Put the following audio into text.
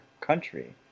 country